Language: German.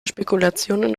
spekulationen